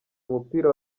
umupira